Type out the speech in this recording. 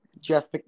Jeff